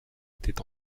était